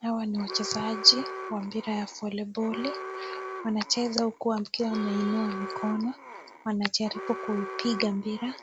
Hawa ni wachezaji wa mpira ya voleboli wana cheza huku wakiwa wameinua mikono wanajaribu kuipiga mpira